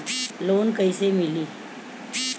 Loan कइसे मिली?